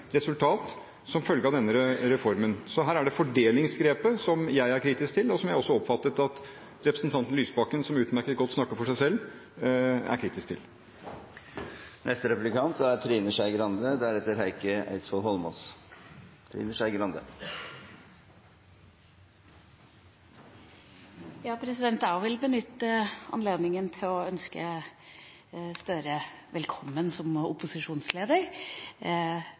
resultat som følge av denne reformen. Så her er det fordelingsgrepet jeg er kritisk til, og som jeg har oppfattet at representanten Lysbakken – som utmerket godt kan snakke for seg selv – er kritisk til. Jeg vil også benytte anledninga til å ønske Gahr Støre velkommen som opposisjonsleder.